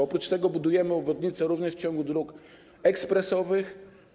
Oprócz tego budujemy obwodnice również w ciągu dróg ekspresowych.